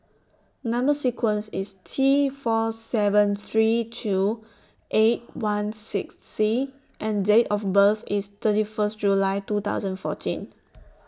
Number sequence IS T four seven three two eight one six C and Date of birth IS thirty First July two thousand fourteen